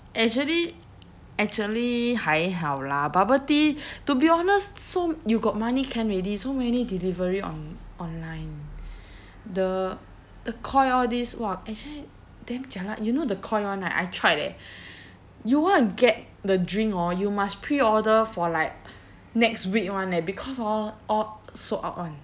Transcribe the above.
actually actually 还好 lah bubble tea to be honest so you got money can already so many delivery on~ online the the koi all these !wah! actually damn jialat you know the koi one right I tried eh you want to get the drink hor you must preorder for like next week [one] leh because hor all sold out [one]